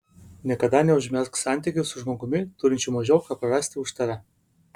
niekada neužmegzk santykių su žmogumi turinčiu mažiau ką prarasti už tave